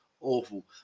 awful